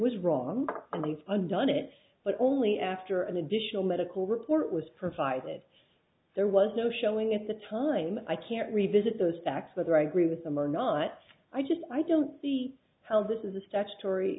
was wrong and done it but only after an additional medical report was provided there was no showing at the time i can't revisit those facts that i agree with them or not i just i don't see how this is a statutory